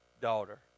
daughter